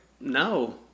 no